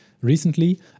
Recently